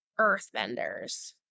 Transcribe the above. earthbenders